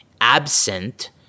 absent